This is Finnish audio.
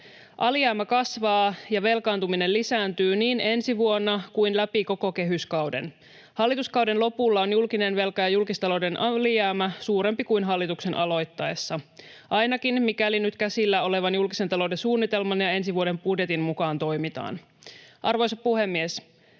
Alijäämä kasvaa ja velkaantuminen lisääntyy niin ensi vuonna kuin läpi koko kehyskauden. Hallituskauden lopulla ovat julkinen velka ja julkistalouden alijäämä suurempia kuin hallituksen aloittaessa, ainakin mikäli nyt käsillä olevan julkisen talouden suunnitelman ja ensi vuoden budjetin mukaan toimitaan. Arvoisa puhemies!